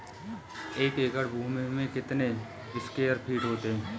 एक एकड़ भूमि में कितने स्क्वायर फिट होते हैं?